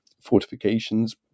fortifications